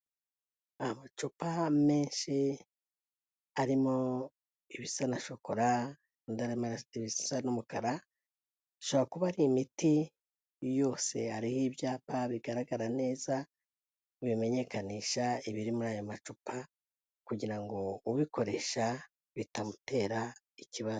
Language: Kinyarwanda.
Amacupa menshi arimo ibisa na shokora, undi arimo arasuka ibisa n'umukara ashobora kuba ari imiti. Yose hariho ibyapa bigaragara neza bimenyekanisha ibiri muri ayo macupa, kugira ngo ubikoresha bitamutera ikibazo.